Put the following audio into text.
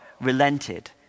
relented